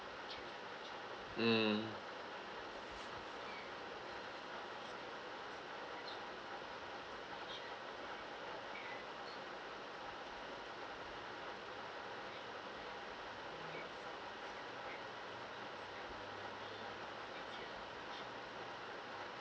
mm